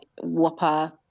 whopper